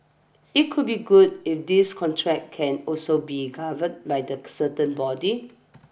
it could be good if this contract can also be governed by the certain body